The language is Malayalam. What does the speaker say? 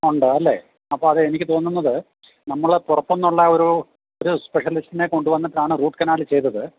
ഉണ്ട് അല്ലേ അപ്പോൾ അത് എനിക്ക് തോന്നുന്നത് നമ്മൾ പുറത്തുന്നുള്ള ഒരു സ്പെഷ്യലിസ്റ്റിനെ കൊണ്ടു വന്നിട്ടാണ് റൂട്ട് കനാല് ചെയ്തത്